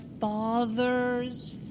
father's